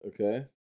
Okay